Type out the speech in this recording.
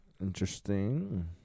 Interesting